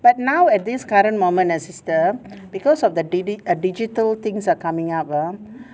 but now at this current moment ah sister because of the digi~ err digital things are coming up ah